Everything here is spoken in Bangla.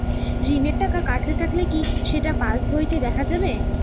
ঋণের টাকা কাটতে থাকলে কি সেটা পাসবইতে দেখা যাবে?